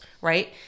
right